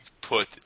put